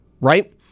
right